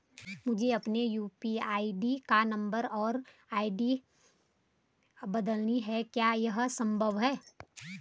मुझे अपने यु.पी.आई का नम्बर और आई.डी बदलनी है क्या यह संभव है?